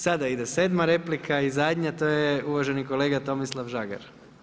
Sada ide sedma replika i zadnja, to je uvaženi kolega Tomislav Žagar.